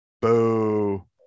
Boo